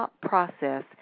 process